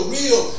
real